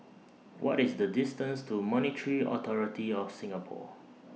What IS The distance to Monetary Authority of Singapore